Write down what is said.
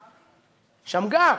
שמגר,